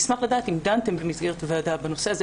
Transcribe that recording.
אשמח לדעת אם דנתם במסגרת הוועדה בנושא הזה.